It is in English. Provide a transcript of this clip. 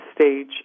stage